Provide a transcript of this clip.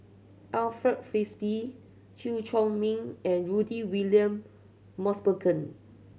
Alfred Frisby Chew Chor Meng and Rudy William Mosbergen